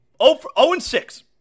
0-6